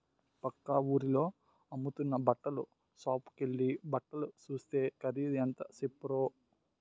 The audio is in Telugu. పక్క వూరిలో అమ్ముతున్న బట్టల సాపుకెల్లి బట్టలు సూస్తే ఖరీదు ఎంత సెప్పారో